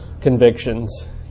Convictions